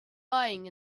lying